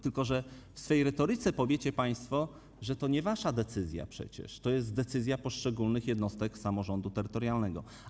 Tylko że w swej retoryce powiecie państwo, że to przecież nie wasza decyzja, że to jest decyzja poszczególnych jednostek samorządu terytorialnego.